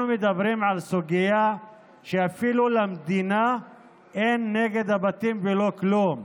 אנחנו מדברים על סוגיה שאפילו למדינה אין נגד הבתים ולא כלום,